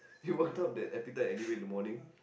you worked up the appetite anyway in the morning